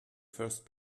first